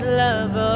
love